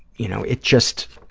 you know, it just,